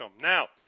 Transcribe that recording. Now